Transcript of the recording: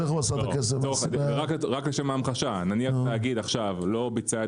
רק לשם ההמחשה נניח שתאגיד לא ביצע את